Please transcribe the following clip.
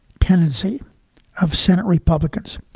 tendency of senate republicans.